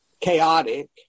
chaotic